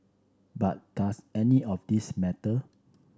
but does any of this matter